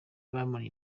bamuri